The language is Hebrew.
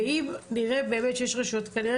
אם נראה באמת שיש רשויות כאלה,